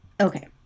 Okay